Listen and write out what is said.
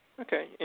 Okay